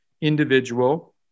individual